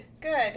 Good